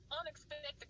unexpected